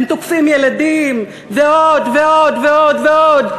הם תוקפים ילדים, ועוד ועוד ועוד ועוד.